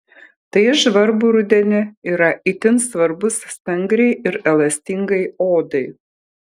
tai žvarbų rudenį yra itin svarbus stangriai ir elastingai odai